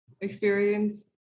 experience